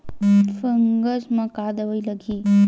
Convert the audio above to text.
Fungus म का दवाई लगी?